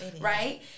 right